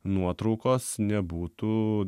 nuotraukos nebūtų